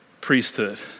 priesthood